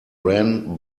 ran